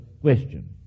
question